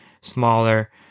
smaller